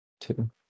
Two